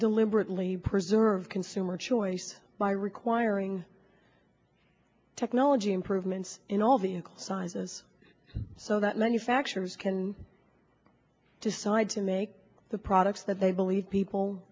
deliberately preserve consumer choice by requiring technology improvements in all the inclines us so that manufacturers can decide to make the products that they believe people